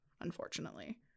unfortunately